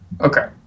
okay